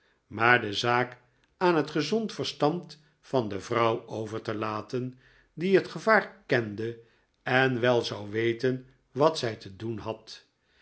maar de zaak aan het gezond verstand van de vrouw over te laten die het gevaar kende en wel zou weten wat zij te doen had